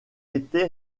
était